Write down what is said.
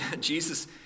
Jesus